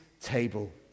table